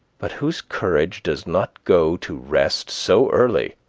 but whose courage does not go to rest so early,